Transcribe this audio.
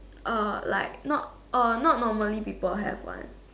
uh like not orh not normally people have one